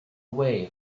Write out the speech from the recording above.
away